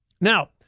Now